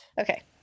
Okay